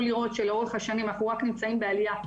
לראות שלאורך השנים אנחנו רק נמצאים בעלייה,